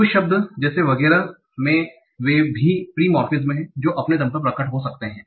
कुछ शब्द जैसे वगैरह में वे भी फ्री मोर्फेम हैं वे अपने दम पर प्रकट हो सकते हैं